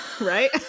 Right